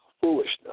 foolishness